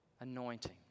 anointing